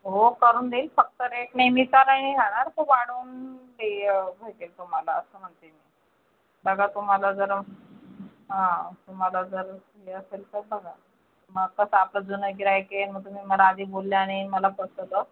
हो करून देईल फक्त रेट नेहमीचा नाही राहणार तो वाढवून दे भेटेल तुम्हाला असं म्हणते आहे मी बघा तुम्हाला जर हां तुम्हाला जर हे असेल तर बघा मग कसं आपलं जुनं गिऱ्हाईक आहे मला आधी बोलल्या नाही मला फसवलं